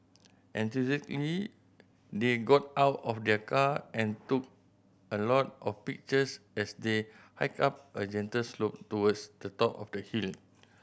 they got out of their car and took a lot of pictures as they hiked up a gentle slope towards the top of the hill